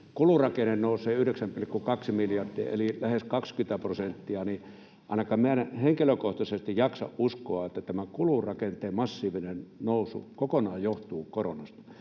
kulurakenne nousee 9,2 miljardia eli lähes 20 prosenttia, niin että ainakaan minä en henkilökohtaisesti jaksa uskoa, että tämä kulurakenteen massiivinen nousu kokonaan johtuu koronasta.